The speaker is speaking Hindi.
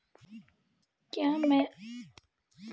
क्या मैं अपना आधार व पैन कार्ड ऑनलाइन खाते से लिंक कर सकता हूँ?